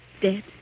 Dead